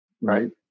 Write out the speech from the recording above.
right